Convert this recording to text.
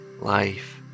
life